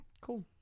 Cool